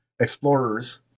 explorers